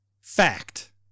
Fact